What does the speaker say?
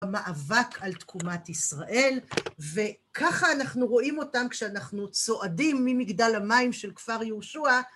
המאבק על תקומת ישראל, וככה אנחנו רואים אותם כשאנחנו צועדים ממגדל המים של כפר יהושע